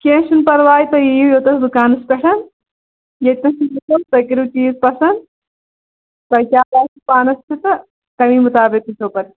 کینٛہہ چھُنہٕ پَرواے تُہۍ یِیِو یوٚتَس دُکانس پٮ۪ٹھ ییٚتنَس وٕچھو تُہۍ کٔرِو چیٖز پَسنٛد تۄہہِ کیٛاہ آسہِ پانَس کیُٚتھ تہٕ تَمہِ مُطابق نی زیو پَتہٕ